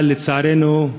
אבל, לצערנו,